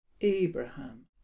Abraham